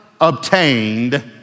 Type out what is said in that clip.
obtained